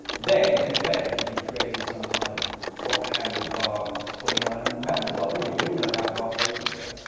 then, in effect, you'd be creating some kind of drop handlebar twenty nine er um mountain bike, wouldn't you? we all know how fast those things go.